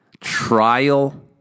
trial